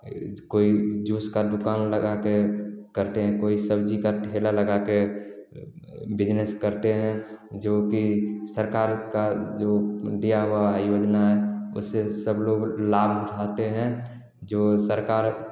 कोई जूस की दुकान लगाकर करते हैं कोई सब्ज़ी का ठेला लगाकर बिजनेस करते हैं जो की सरकार का जो दिया हुआ योजना है उससे सब लोग लाभ उठाते हैं जो सरकार जो